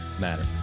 matter